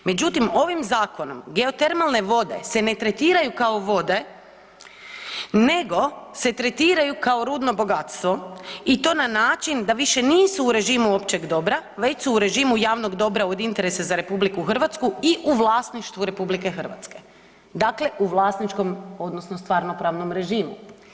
Međutim, ovim zakonom geotermalne vode se ne tretiraju kao vode nego se tretiraju kao rudno bogatstvo i to na način da više nisu u režimu općeg dobra već su u režimu javnog dobra od interesa za RH i u vlasništvu RH, dakle u vlasničkom odnosno stvarno pravnom režimu.